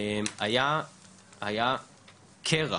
היה קרע